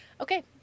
Okay